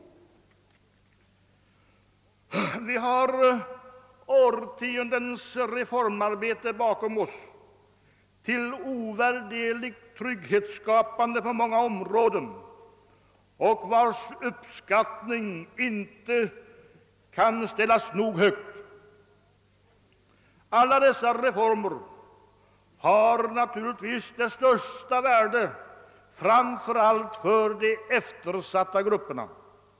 Vi har årtiondens reformarbete bakom oss till ovedersägligt trygghetsskapande på många områden. Alla dessa reformer, som inte kan uppskattas nog högt, har naturligtvis det största värde framför allt för de eftersatta grupperna.